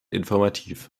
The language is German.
informativ